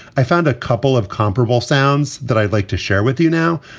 i found a couple of comparable sounds that i'd like to share with you now.